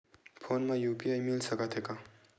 Phone मा UPI मिल सकत हे का?